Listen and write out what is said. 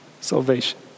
salvation